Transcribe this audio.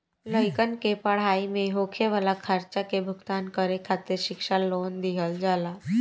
लइकन के पढ़ाई में होखे वाला खर्चा के भुगतान करे खातिर शिक्षा लोन दिहल जाला